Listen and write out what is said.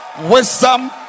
wisdom